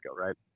right